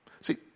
See